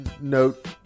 note